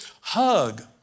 hug